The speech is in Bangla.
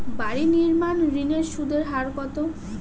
বাড়ি নির্মাণ ঋণের সুদের হার কত?